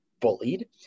bullied